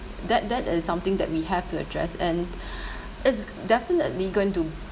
that that is something that we have to address and it's definitely going to